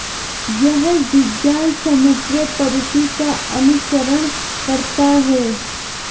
यह विज्ञान समग्र पद्धति का अनुसरण करता है